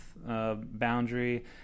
Boundary